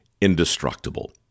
indestructible